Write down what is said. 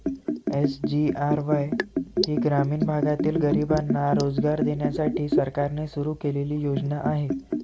SGRY ही ग्रामीण भागातील गरिबांना रोजगार देण्यासाठी सरकारने सुरू केलेली योजना आहे